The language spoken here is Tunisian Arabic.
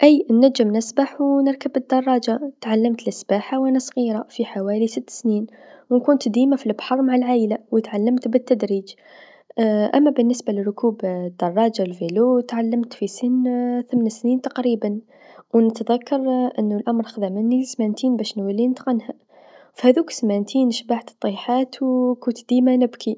أي نجم نسبح و نركب الدراجه، تعلمت السباحه و أنا صغيرا في حوالي ست سنين، و كنت ديما في البحر مع العايله و تعلمت بالتدريج أما بالنسبه لركوب الدراجه تعلمت في سن ثمن سنين تقريبا و نتذكر أنو الأمر خذا مني سمانتين باش نولي نتقنها، في هاذوك سمانتين شبعت طيحات و كنت ديما نبكي.